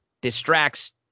Distracts